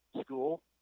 school